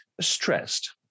stressed